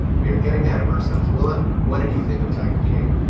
we are getting ahead of ourselves, willa. what did you think of tiger king?